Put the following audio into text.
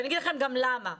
ואומר לכם גם למה.